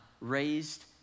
raised